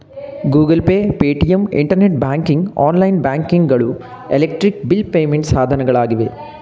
Google Pay, Paytm, internet banking, online banking ಗಳು electric bill payment ಸಾಧನಗಳಾಗಿವೆ